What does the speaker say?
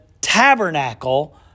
tabernacle